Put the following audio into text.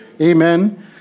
Amen